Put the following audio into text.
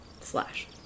Slash